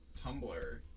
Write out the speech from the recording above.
tumblr